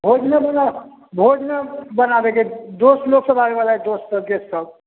भोजन भोजने बनाबेके है दोस्त लोक सब आबै बला है दोस्त सब गेस्ट सब